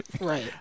Right